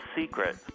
secret